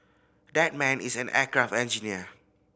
that man is an aircraft engineer